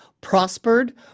prospered